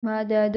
मदद